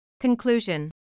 Conclusion